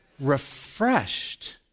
refreshed